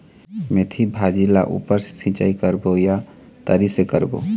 मेंथी भाजी ला ऊपर से सिचाई करबो या तरी से करबो?